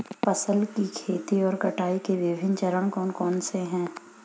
फसल की खेती और कटाई के विभिन्न चरण कौन कौनसे हैं?